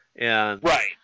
Right